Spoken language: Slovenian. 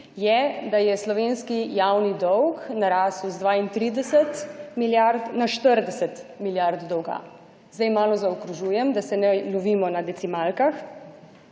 je, da je slovenski javni dolg narasel z 32 milijard na 40 milijard dolga, zdaj malo zaokrožujem, da se ne lovimo na decimalkah,